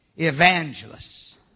Evangelists